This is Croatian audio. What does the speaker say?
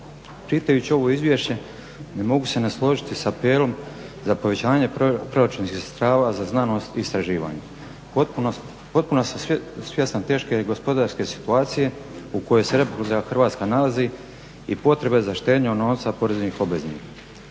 Čitajući ovo izvješće ne mogu se ne složiti sa prijedlogom za povećanje proračunskih sredstava za znanost istraživanja. Potpuno sam svjestan teške gospodarske situacije u kojoj se RH nalazi i potreba za štednjom novca poreznih obveznika.